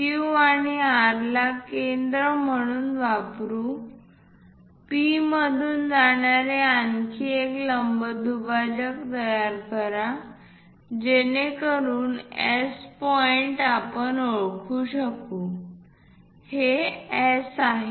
Q आणि R ला केंद्र म्हणून वापरुन P मधून जाणारे आणखी एक लंब दुभाजक तयार करा जेणेकरून S पॉईंट आपण ओळखू शकू हे S आहे